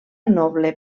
noble